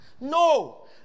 no